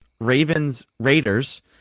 Ravens-Raiders